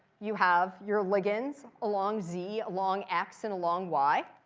you have your ligands along z, along x, and along y.